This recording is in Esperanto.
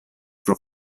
pro